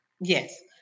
Yes